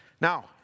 Now